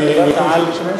הוא יכול לשאול אותי שאלה?